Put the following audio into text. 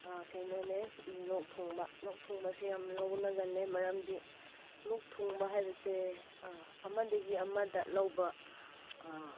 ꯀꯩꯅꯣꯅꯦ ꯂꯣꯛ ꯊꯨꯡꯕ ꯂꯣꯛ ꯊꯨꯡꯕꯁꯦ ꯌꯥꯝ ꯂꯧꯅꯒꯜꯂꯦ ꯃꯔꯝꯗꯤ ꯂꯣꯛ ꯊꯨꯡꯕ ꯍꯥꯏꯕꯁꯦ ꯑꯃꯗꯒꯤ ꯑꯃꯗ ꯂꯧꯕ